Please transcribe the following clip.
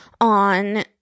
on